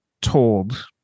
told